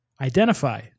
Identify